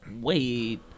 wait